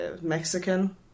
Mexican